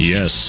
Yes